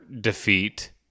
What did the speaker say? defeat